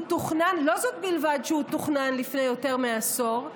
לא זו בלבד שהוא תוכנן לפני יותר מעשור,